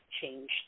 change